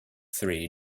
three